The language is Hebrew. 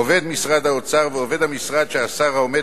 עובד משרד האוצר ועובד המשרד שהשר העומד